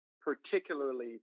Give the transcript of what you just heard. particularly